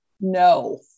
No